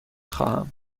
خواهم